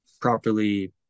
properly